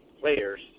players